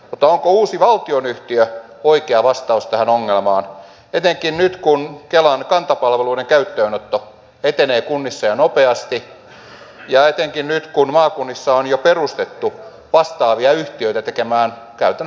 mutta onko uusi valtionyhtiö oikea vastaus tähän ongelmaan etenkin nyt kun kelan kanta palveluiden käyttöönotto etenee kunnissa nopeasti ja etenkin nyt kun maakunnissa on jo perustettu vastaavia yhtiöitä tekemään käytännössä samaa asiaa